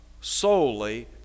solely